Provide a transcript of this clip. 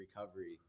Recovery